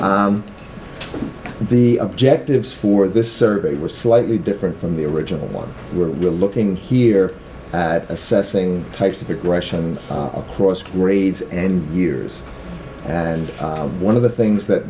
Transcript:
everything the objectives for this survey were slightly different from the original one where we're looking here at assessing types of aggression across grades and years and one of the things that